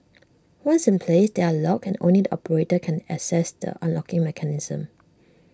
once in place they are locked and only the operator can access the unlocking mechanism